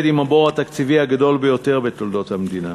עם הבור התקציבי הגדול ביותר בתולדות המדינה.